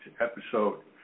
episode